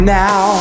now